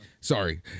Sorry